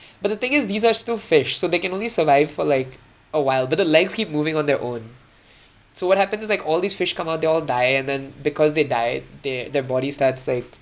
but the thing is these are still fish so they can only survive for like a while but the legs keep moving on their own so what happens is like all these fish come out they all die and then because they died they their body starts like